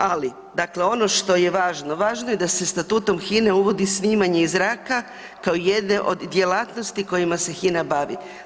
Ali, dakle ono što je važno, važno je da se Statutom Hine uvodi snimanje iz zraka kao jedne od djelatnosti kojima se Hina bavi.